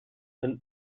een